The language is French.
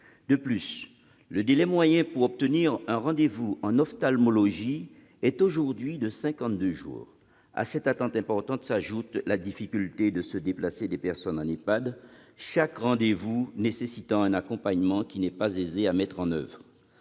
De plus, le délai moyen pour obtenir un rendez-vous en ophtalmologie est aujourd'hui de cinquante-deux jours. À cette attente importante s'ajoute la difficulté de se déplacer des personnes en EHPAD, chaque rendez-vous nécessitant un accompagnement qui n'est pas aisé à mettre en oeuvre.